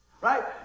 Right